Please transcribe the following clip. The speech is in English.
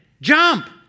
jump